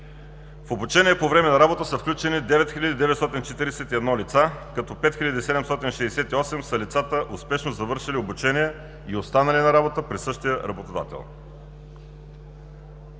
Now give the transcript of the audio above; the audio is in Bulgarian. В обучение по време на работа са включени 9 941 лица, като 5 768 са лицата, успешно завършили обучение и останали на работа при същия работодател.